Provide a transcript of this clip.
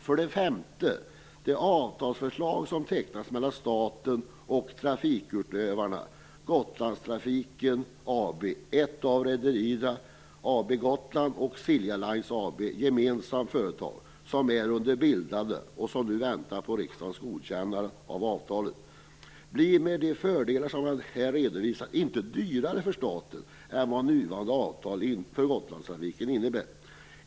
För det femte: Det avtalsförslag som har tecknats mellan staten och trafikutövarna Gotlandstrafiken AB gemensamt företag, som är under bildande och som nu väntar på riksdagens godkännande av avtalet, blir med de fördelar som jag har redovisat inte dyrare för staten än nuvarande avtal för Gotlandstrafiken.